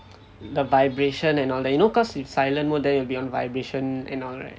the vibration and all that you know cause if silent mode then it will be on vibration and all right